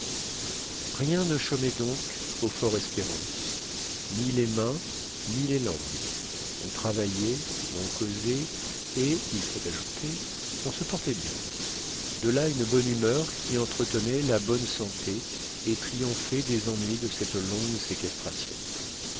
rien ne chômait donc au fort espérance ni les mains ni les langues on travaillait on causait et il faut ajouter on se portait bien de là une bonne humeur qui entretenait la bonne santé et triomphait des ennuis de cette longue séquestration